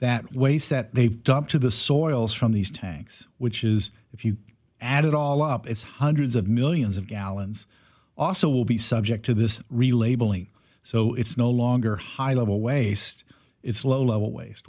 that waste that they've dumped to the soils from these tanks which is if you add it all up it's hundreds of millions of gallons also will be subject to this relabeling so it's no longer high level waste it's low level wast